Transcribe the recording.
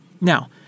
Now